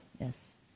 Yes